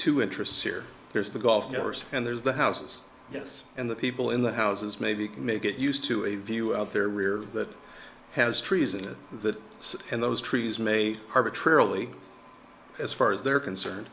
to interests here there's the golf course and there's the houses yes and the people in the houses maybe may get used to a view out their rear that has trees in it that and those trees may arbitrarily as far as they're concerned